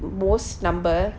most number